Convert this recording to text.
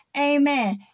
Amen